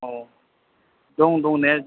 औ दं दंनाया